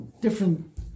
Different